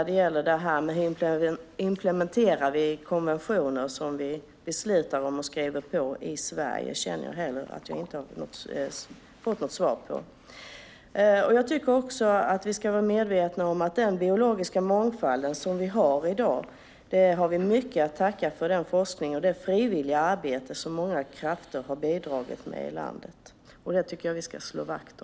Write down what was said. Dels gäller det min fråga om implementering av konventioner som vi i Sverige beslutar om och skriver på. Vi ska vara medvetna om att vi beträffande den biologiska mångfald som vi har i dag mycket har att tacka forskningen och det frivilligarbete som många krafter i landet bidragit med. Det tycker jag att vi ska slå vakt om.